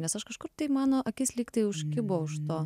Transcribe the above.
nes aš kažkur tai mano akis lyg tai užkibo už to